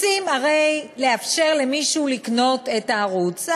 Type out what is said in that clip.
רוצים הרי לאפשר למישהו לקנות את הערוץ.